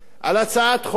על הצעת חוק